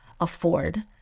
afford